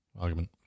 argument